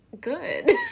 good